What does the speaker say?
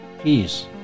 peace